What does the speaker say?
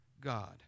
God